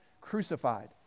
crucified